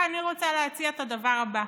אני רוצה להציע את הדבר הבא: